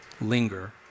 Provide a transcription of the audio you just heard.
linger